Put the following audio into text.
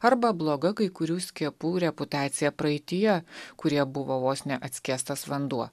arba bloga kai kurių skiepų reputacija praeityje kurie buvo vos neatskiestas vanduo